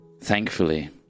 thankfully